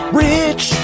rich